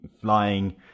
flying